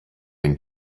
den